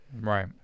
Right